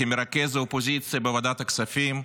כמרכז האופוזיציה בוועדת הכספים,